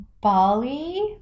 Bali